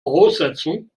voraussetzung